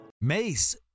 Mace